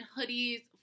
hoodies